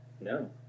No